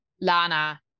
Lana